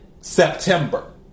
September